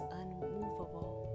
unmovable